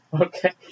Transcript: okay